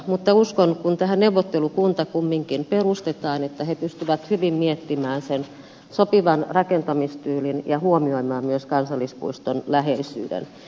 mutta uskon kun tähän neuvottelukunta kumminkin perustetaan että he pystyvät hyvin miettimään sen sopivan rakentamistyylin ja huomioimaan myös kansallispuiston läheisyyden